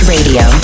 Radio